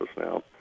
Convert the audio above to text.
now